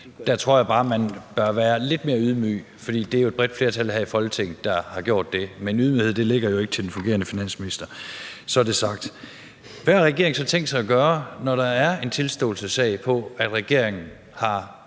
Der tror jeg bare, at man bør være lidt mere ydmyg, for det er jo et bredt flertal her i Folketinget, der har gjort det. Men ydmyghed ligger jo ikke til den fungerende finansminister; så er det sagt. Hvad har regeringen så tænkt sig at gøre, når der er en tilståelsessag, med hensyn til at regeringen har